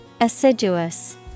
Assiduous